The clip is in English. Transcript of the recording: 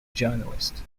journalist